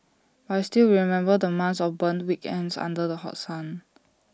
but I still remember the months of burnt weekends under the hot sun